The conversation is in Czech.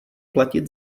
platit